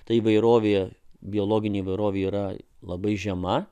tai įvairovėje biologinė įvairovė yra labai žema